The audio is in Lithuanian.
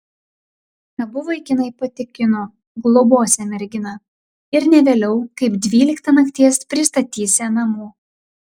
abu vaikinai patikino globosią merginą ir ne vėliau kaip dvyliktą nakties pristatysią namo